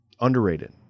Underrated